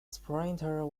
sprinter